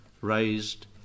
raised